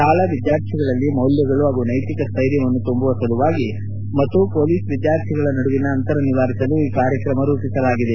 ಶಾಲಾ ವಿದ್ಯಾರ್ಥಿಗಳಲ್ಲಿ ಮೌಲ್ಯಗಳು ಹಾಗೂ ನೈತಿಕ ಸ್ಟೈರ್ಯವನ್ನು ತುಂಬುವ ಸಲುವಾಗಿ ಮತ್ತು ಮೊಲೀಸ್ ವಿದ್ಯಾರ್ಥಿಗಳ ನಡುವಿನ ಅಂತರ ನಿವಾರಿಸಲು ಈ ಕಾರ್ಯಕ್ರಮ ರೂಪಿಸಲಾಗಿದೆ